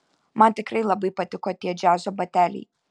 man tikrai labai patiko tie džiazo bateliai